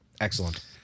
Excellent